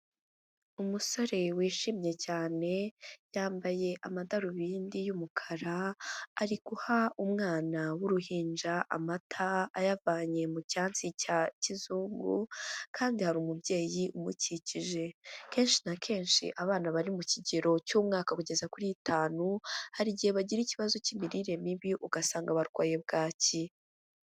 Umusore wishimye cyane, yambaye amadarubindi y'umukara, ari guha umwana w'uruhinja amata, ayavanye mu cyansi cya kizungu, kandi hari umubyeyi umukikije. Kenshi na kenshi abana bari mu kigero cy'umwaka kugeza kuri itanu, hari igihe bagira ikibazo cy'imirire mibi ugasanga babarwaye bwaki.